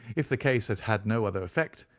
if the case has had no other effect,